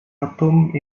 retomb